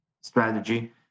strategy